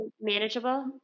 manageable